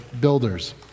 builders